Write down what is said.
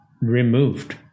removed